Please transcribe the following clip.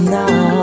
now